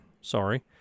sorry